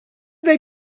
they